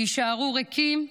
יישארו ריקים,